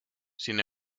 sin